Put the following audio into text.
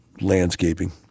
landscaping